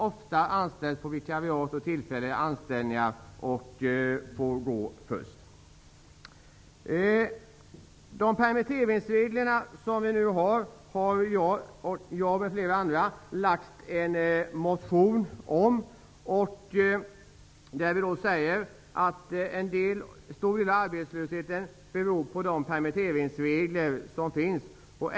De anställs ofta på vikariat och tillfälliga anställningar och får gå först. Jag och flera andra ledamöter har motionerat om permitteringsreglerna. Vi säger att en stor del av arbetslösheten beror på permitteringsreglerna.